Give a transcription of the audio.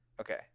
Okay